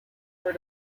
were